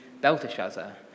Belteshazzar